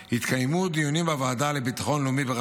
התקיימו דיונים בוועדה לביטחון לאומי בראשות